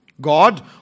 God